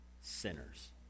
sinners